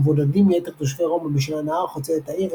המבודדים מיתר תושבי רומא בשל הנהר החוצה את העיר,